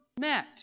met